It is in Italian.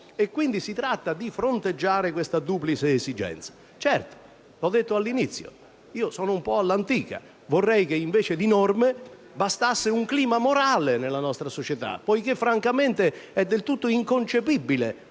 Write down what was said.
Quindi, si tratta di fronteggiare questa duplice esigenza. Certo, l'ho detto all'inizio: sono un po' all'antica. Vorrei che invece di norme bastasse un clima morale della nostra società, poiché francamente è del tutto inconcepibile,